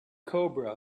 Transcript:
cobra